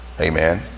Amen